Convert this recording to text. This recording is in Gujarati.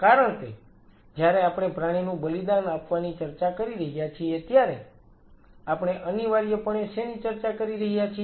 કારણ કે જ્યારે આપણે પ્રાણીનું બલિદાન આપવાની ચર્ચા કરી રહ્યા છીએ ત્યારે આપણે અનિવાર્યપણે શેની ચર્ચા કરી રહ્યા છીએ